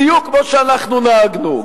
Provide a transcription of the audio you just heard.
בדיוק כמו שאנחנו נהגנו,